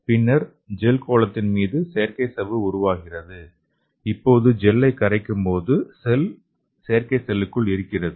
பின்னர் ஜெல் கோளத்தின் மீது செயற்கை சவ்வு உருவாகிறது இப்போது ஜெல்லை கரைக்கும் போது செல் செயற்கை செல்லுக்குள் இருக்கிறது